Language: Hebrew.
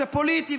זה פוליטי,